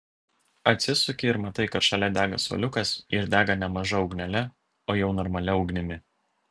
atsisuki ir matai kad šalia dega suoliukas ir dega ne maža ugnele o jau normalia ugnimi